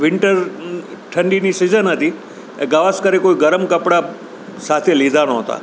winter ઠંડીની season હતી એ ગાવસ્કરે કોઈ ગરમ કપડાં સાથે લીધાં નહોતાં